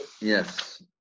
Yes